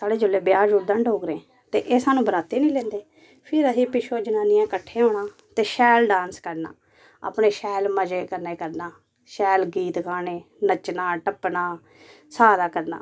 साढ़े जिसले ब्याह् जुड़दा नी डोगरें ते एह् स्हानू बराती नी लेंदे फिर असें पिच्छुआं जनाननियें कट्ठे होना ते शैल डांस करना अपने शैल मज़े कन्नै करना शैल गीत गाने नच्चना टप्पना सारा करना